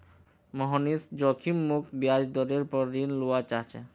मोहनीश जोखिम मुक्त ब्याज दरेर पोर ऋण लुआ चाह्चे